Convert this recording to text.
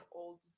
old